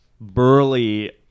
burly